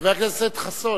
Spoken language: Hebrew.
חבר הכנסת חסון,